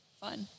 fun